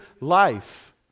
life